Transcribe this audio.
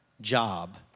job